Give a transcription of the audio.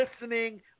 listening